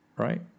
right